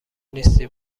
نیستی